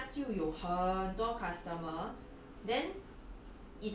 ya so 五年之内 right 他就有很多 customer